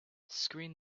screen